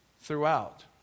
throughout